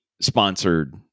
sponsored